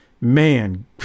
man